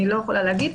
אני לא יכולה להגיד,